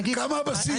כמה הבסיס?